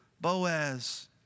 Boaz